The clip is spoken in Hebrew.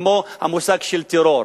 כמו המושג של טרור,